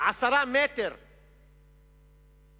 10 מטרים מהבתים,